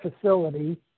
facility